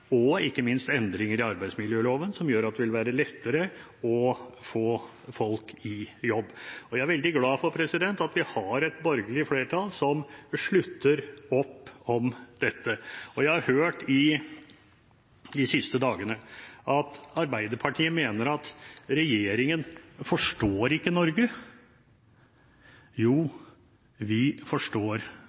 og ikke minst endringer i arbeidsmiljøloven, som gjør at det vil være lettere å få folk i jobb. Og jeg er veldig glad for at vi har et borgerlig flertall som slutter opp om dette. Jeg har de siste dagene hørt at Arbeiderpartiet mener at regjeringen ikke forstår Norge. Jo, vi forstår